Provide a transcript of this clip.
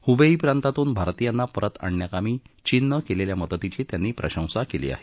Hubei प्रांतातून भारतीयांना परत आणण्याकामी चीननं केलेल्या मदतीची त्यांनी प्रशंसा केली आहे